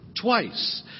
twice